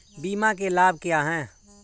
बीमा के लाभ क्या हैं?